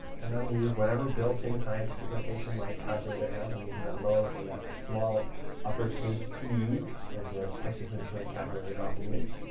and i'm going to use whatever built-in scientific notation my calculator has. i'm using that lower or that small uppercase e that the texas instruments calculators often use.